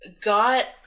got